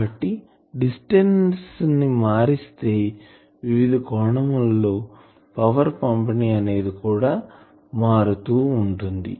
కాబట్టి డిస్టెన్స్ ని మారిస్తే వివిధ కోణముల లో పవర్ పంపిణి అనేది కూడా మారుతూ ఉంటుంది